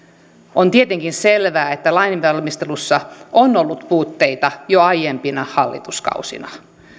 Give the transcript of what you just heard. on tietenkin selvää että lainvalmistelussa on ollut puutteita jo aiempina hallituskausina